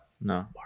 No